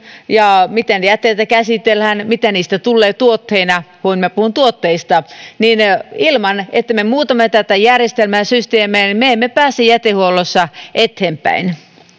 ja miten jätteitä käsitellään mitä niistä tulee tuotteina kun puhun tuotteista niin ilman että me muutamme tätä järjestelmää ja systeemejä me emme pääse jätehuollossa eteenpäin